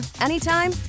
anytime